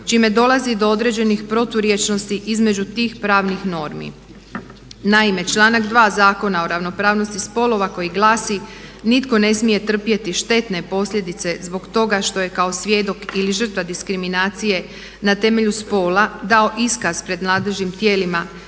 čime dolazi do određenih proturječnosti između tih pravnih normi. Naime, članak 2. Zakona o ravnopravnosti spolova koji glasi, nitko ne smije trpjeti štetne posljedice zbog toga što je kao svjedok ili žrtva diskriminacije na temelju spola dao iskaz pred nadležnim tijelima